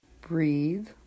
Breathe